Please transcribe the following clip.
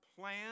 plan